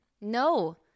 No